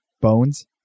Bones